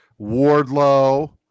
Wardlow